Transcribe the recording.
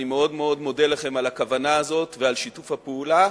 אני מאוד מודה לכם על הכוונה הזאת ועל שיתוף הפעולה,